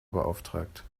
beauftragt